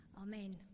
Amen